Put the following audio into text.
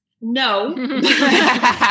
no